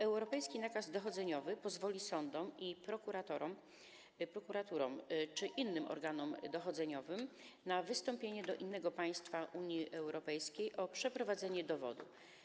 Europejski nakaz dochodzeniowy pozwoli sądom i prokuraturom czy innym organom dochodzeniowym na wystąpienie do innego państwa Unii Europejskiej o przeprowadzenie dowodu.